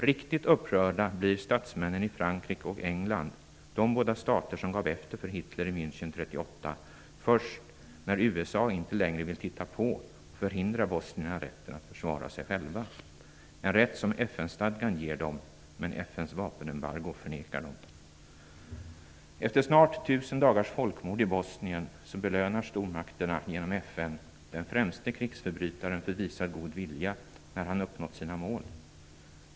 Riktigt upprörda blir statsmännen i Frankrike och England, de båda stater som gav efter för Hitler i München 1938, först när USA inte längre vill titta på och förhindra bosnierna rätten att försvara sig själva - en rätt som FN-stadgan ger dem, men FN:s vapenembargo förnekar dem. Efter snart tusen dagars folkmord i Bosnien belönar stormakterna genom FN den främste krigsförbrytaren för visad god vilja, när han uppnått sina mål.